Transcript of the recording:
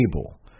table